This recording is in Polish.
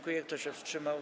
Kto się wstrzymał?